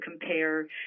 compare